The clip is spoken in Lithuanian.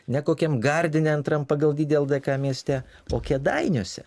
ne kokiam gardine antram pagal dydį ldk mieste o kėdainiuose